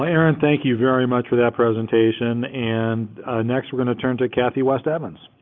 aaron, thank you very much for that presentation and next, we're gonna turn to kathy west-evans.